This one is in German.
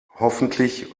hoffentlich